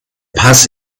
pass